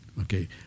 okay